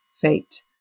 Fate